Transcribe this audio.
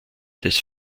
des